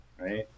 right